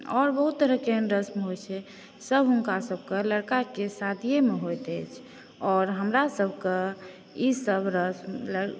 आओर बहुत तरहकेँ एहन रस्म होइ छै सब हुनका सभके लड़काके शादियेमे होइत अछि आओर हमरासभकेँ ई सभ रस्म